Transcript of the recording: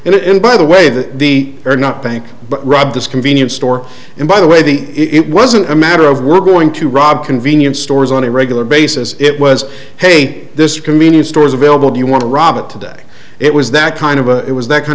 bank and by the way that the are not bank but rob this convenience store and by the way the it wasn't a matter of we're going to rob convenience stores on a regular basis it was hey this convenience store is available do you want to rob it today it was that kind of a it was that kind